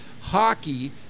hockey